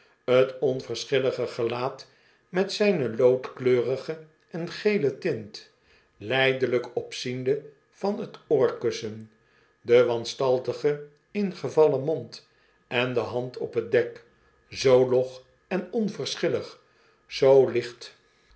t onverschillige gelaat met zijne loodkleurige en gele tint lijdelijk opziende van t oorkussen de wanstaltige ingevallen mond en de hand op t dek zoo log en onverschillig zoo licht